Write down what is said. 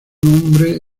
nombre